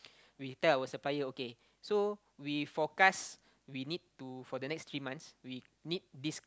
we tell our supplier okay so we forecast we need to for the next three months we need this